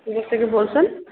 কোথা থেকে বলছেন